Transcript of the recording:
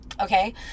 Okay